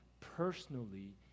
personally